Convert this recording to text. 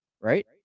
right